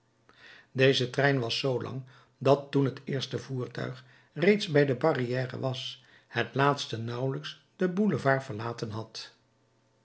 deze trein was zoo lang dat toen het eerste voertuig reeds bij de barrière was het laatste nauwelijks den boulevard verlaten had